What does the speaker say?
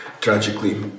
tragically